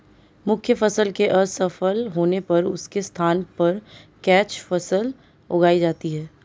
मुख्य फसल के असफल होने पर उसके स्थान पर कैच फसल उगाई जाती है